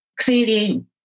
clearly